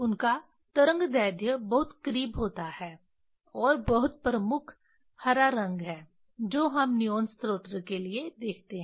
उनका तरंगदैर्ध्य बहुत करीब होता है और बहुत प्रमुख हरा रंग है जो हम नियॉन स्रोत के लिए देखते हैं